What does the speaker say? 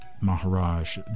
Maharaj